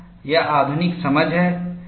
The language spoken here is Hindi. यह आधुनिक समझ है